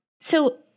So-